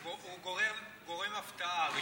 הוא גורם הפתעה.